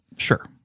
sure